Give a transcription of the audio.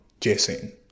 Jason